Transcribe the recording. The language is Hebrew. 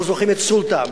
אנחנו זוכרים את "סולתם",